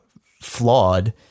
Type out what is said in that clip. flawed